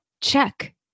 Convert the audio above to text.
check